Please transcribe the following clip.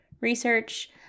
research